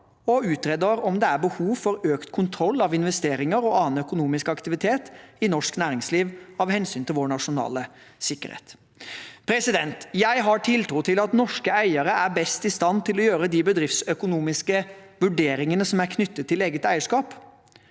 som utreder om det er behov for økt kontroll av investeringer og annen økonomisk aktivitet i norsk næringsliv av hensyn til vår nasjonale sikkerhet. Jeg har tiltro til at norske eiere er best i stand til å gjøre de bedriftsøkonomiske vurderingene som er knyttet til eget eierskap.